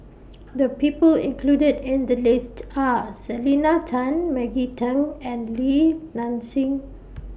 The People included in The list Are Selena Tan Maggie Teng and Li Nanxing